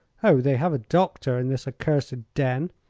oh, they have a doctor in this accursed den,